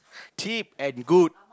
cheap and good